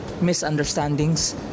misunderstandings